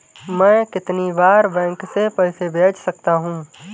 मैं कितनी बार बैंक से पैसे भेज सकता हूँ?